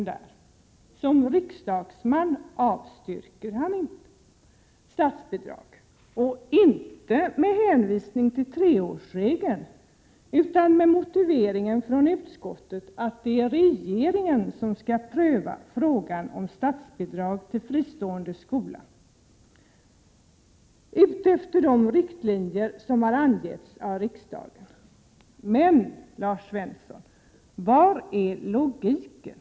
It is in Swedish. Men som riksdagsman avstyrker han statsbidrag —- inte med hänvisning till treårsregeln, utan med hänvisning till utskottets motivering att det är regeringen som skall pröva frågan om statsbidrag till fristående skola, enligt de riktlinjer som har angetts av riksdagen. Men, Lars Svensson, var finns logiken?